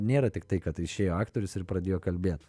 nėra tiktai kad išėjo aktorius ir pradėjo kalbėt